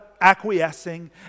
acquiescing